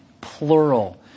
plural